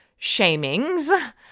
shamings